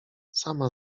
sama